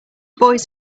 boys